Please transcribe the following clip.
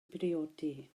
briodi